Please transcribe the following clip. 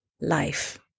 life